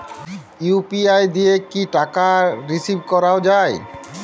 UPI দিয়ে কি টাকা রিসিভ করাও য়ায়?